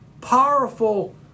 powerful